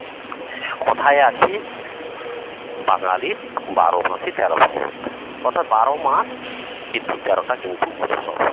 কথায় আছে বাঙালির বারো মাসে তেরো পার্বণ অর্থাৎ বারো মাস কিন্তু তেরোটা কিন্তু উৎসব